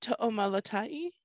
Toomalatai